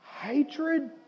hatred